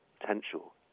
potential